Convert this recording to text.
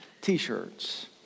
t-shirts